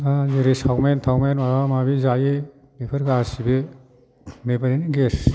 दा जेरै चावमेन थावमेन माबा माबि जायो बेफोर गासिबो बेबो गेस